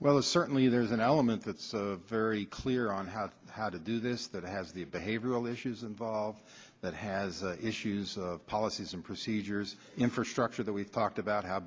well certainly there's an element that's very clear on how how to do this that has the behavioral issues involved that has issues policies and procedures infrastructure that we've talked about how